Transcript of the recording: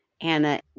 Anna